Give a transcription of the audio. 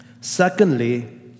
Secondly